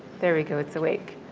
there we go. it's awake.